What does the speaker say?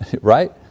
right